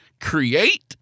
create